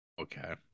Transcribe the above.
okay